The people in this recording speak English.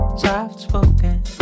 Soft-spoken